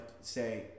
say